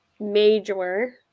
Major